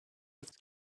with